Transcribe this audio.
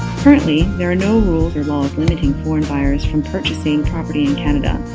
currently, there are no rules or laws limiting foreign buyers from purchasing property in canada.